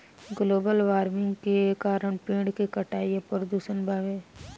global warming के कारण पेड़ के कटाई आ प्रदूषण बावे